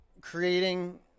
creating